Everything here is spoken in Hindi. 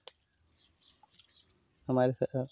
हमारी तरह